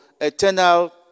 eternal